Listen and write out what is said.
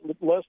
less